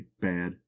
bad